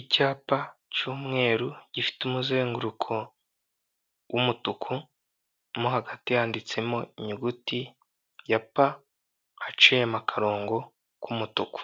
Icyapa cy'umweru gifite umuzenguruko w'umutuku, mo hagati handitsemo inyuguti ya pa haciyemo akarongo k'umutuku.